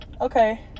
Okay